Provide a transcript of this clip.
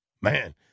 man